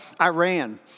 Iran